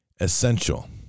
essential